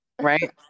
right